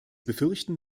befürchten